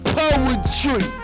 poetry